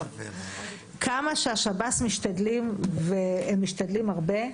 כמה שהשב"ס משתדלים והם משתדלים הרבה,